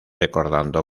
recordando